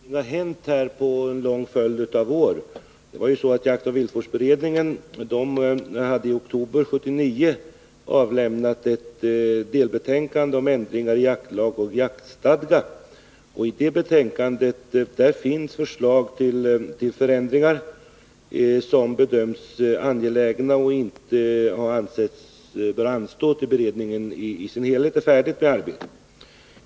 Herr talman! Det är inte riktigt att det inte har hänt någonting på det här området under en lång följd av år. Jaktoch viltvårdsberedningen avlämnade i oktober 1979 ett delbetänkande om ändringar i jaktlag och jaktstadga. I det betänkandet finns förslag till ändringar som bedöms angelägna och därför inte har ansetts böra anstå tills beredningen är färdig med utredningsarbetet i dess helhet.